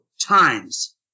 times